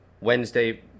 Wednesday